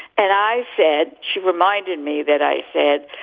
and i said she reminded me that i said,